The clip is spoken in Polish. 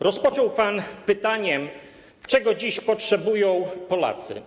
Rozpoczął pan pytaniem, czego dziś potrzebują Polacy.